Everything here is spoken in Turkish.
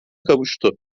kavuştu